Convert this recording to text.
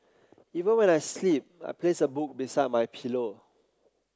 even when I sleep I place a book beside my pillow